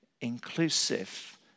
inclusive